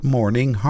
Morning